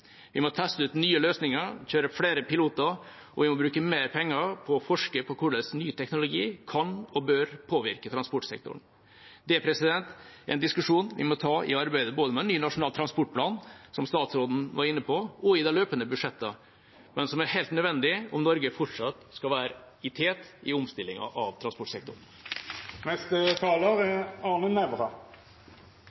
Vi må teste ut nye løsninger og kjøre flere piloter, og vi må bruke mer penger på å forske på hvordan ny teknologi kan og bør påvirke transportsektoren. Det er en diskusjon vi må ta i arbeidet med ny nasjonal transportplan, som statsråden var inne på, og i de løpende budsjettene, og som er helt nødvendig om Norge fortsatt skal være i tet i omstillingen av transportsektoren. I likhet med foregående taler synes jeg det er